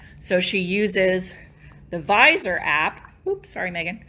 so she uses the vysor app, oops sorry megan.